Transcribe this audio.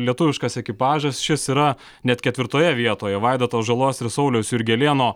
lietuviškas ekipažas šis yra net ketvirtoje vietoje vaidoto žalos ir sauliaus jurgelėno